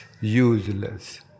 Useless